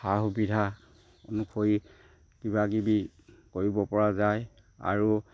সা সুবিধা অনুসৰি কিবাকিবি কৰিব পৰা যায় আৰু